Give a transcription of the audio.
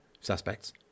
suspects